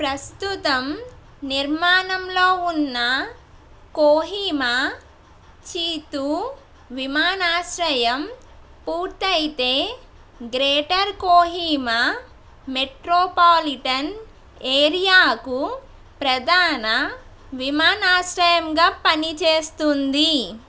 ప్రస్తుతం నిర్మాణంలో ఉన్న కోహిమా చీతు విమానాశ్రయం పూర్తయితే గ్రేటర్ కోహిమా మెట్రోపాలిటన్ ఏరియాకు ప్రధాన విమానాశ్రయంగా పనిచేస్తుంది